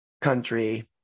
country